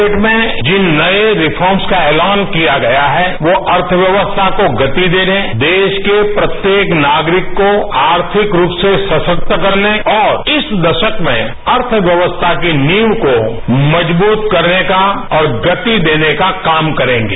budget में जिन नए रिषॉर्मस का ऐतान किया गया है वो अर्थव्यवस्था को गति देने देश के प्रत्येक नागरिक को अर्थिक रूप से सशक्त करने और इस दशक में अर्थव्यवस्था की नींव को मजबूत करने का और गति देने का काम करेंगे